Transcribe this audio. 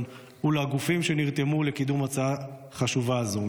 ולגופים שנרתמו לקידום הצעה חשובה זו,